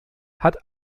hat